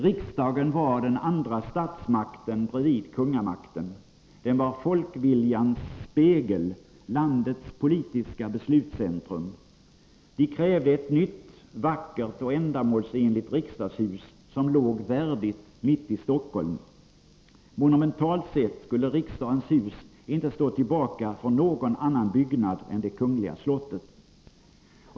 Riksdagen var den andra statsmakten bredvid kungamakten. Den var folkviljans spegel, landets politiska beslutscentrum. De krävde ett nytt, vackert och ändamålsenligt riksdagshus som låg värdigt mitt i Stockholm. Monumentalt sett skulle riksdagens hus inte stå tillbaka för någon annan byggnad än det kungliga slottet.